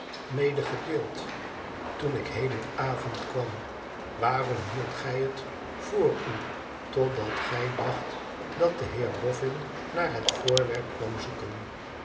toen ik heden avond kwam waarom hieldt gij het vr u totdat gij dacht dat de heer boffin naar het voorwerp kwam zoeken